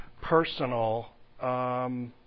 personal